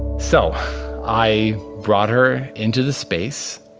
so i brought her into the space.